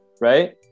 right